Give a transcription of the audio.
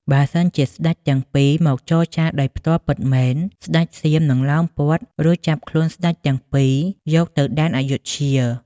បើសិនជាស្ដេចទាំងពីរមកចរចារដោយផ្ទាល់ពិតមែន ស្ដេចសៀមនិងឡោមព័ទ្ធរួចចាប់ខ្លួនស្ដេចទាំងពីរយកទៅដែនអាយុធ្យា ។